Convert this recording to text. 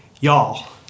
y'all